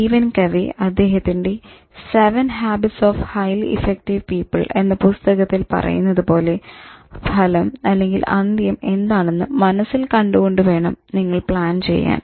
Steven Covey അദ്ദേഹത്തിന്റെ 7 habits of highly effective people എന്ന പുസ്തകത്തിൽ പറയുന്നത് പോലെ ഫലംഅന്ത്യം എന്താണെന്ന് മനസ്സിൽ കണ്ടുകൊണ്ട് വേണം നിങ്ങൾ പ്ലാൻ ചെയ്യാൻ